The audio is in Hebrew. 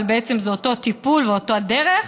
אבל בעצם זה אותו טיפול ואותה דרך,